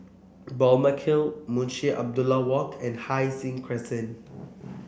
Balmeg Hill Munshi Abdullah Walk and Hai Sing Crescent